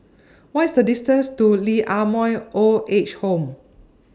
What IS The distance to Lee Ah Mooi Old Age Home